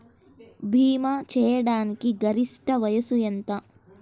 భీమా చేయాటానికి గరిష్ట వయస్సు ఎంత?